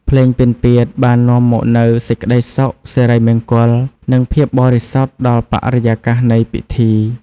ភ្លេងពិណពាទ្យបាននាំមកនូវសេចក្ដីសុខ សិរីមង្គល និងភាពបរិសុទ្ធដល់បរិយាកាសនៃពិធី។